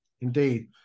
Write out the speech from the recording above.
Indeed